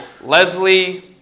Leslie